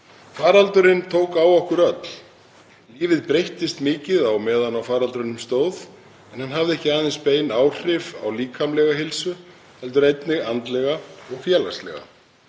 Faraldurinn tók á okkur öll. Lífið breyttist mikið meðan á faraldrinum stóð en hann hafði ekki aðeins bein áhrif á líkamlega heilsu heldur einnig andlega og félagslega.